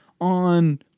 on